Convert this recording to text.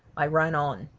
i ran on.